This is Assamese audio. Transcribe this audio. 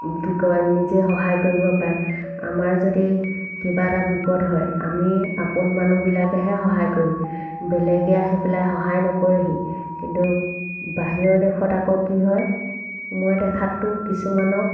কি কয় নিজে সহায় কৰিব পাৰে আমাৰ যদি কিবা এটা বিপদ হয় আমি আপোন মানুহবিলাকেহে সহায় কৰিম বেলেগে আহি পেলাই সহায় নকৰেহি কিন্তু বাহিৰৰ দেশত আকৌ কি হয় মই দেখাততো কিছুমানক